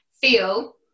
feel